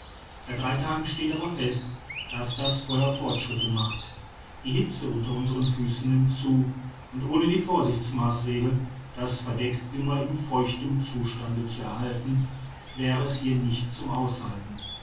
seit drei tagen steht es aber fest daß das feuer fortschritte macht die hitze unter unseren füßen nimmt zu und ohne die vorsichtsmaßregel das verdeck immer in feuchtem zustande zu erhalten wäre es hier nicht zum aushalten